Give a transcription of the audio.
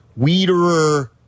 weederer